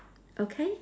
okay